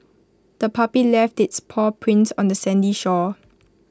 the puppy left its paw prints on the sandy shore